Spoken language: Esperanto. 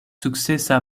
sukcesa